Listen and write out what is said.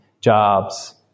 jobs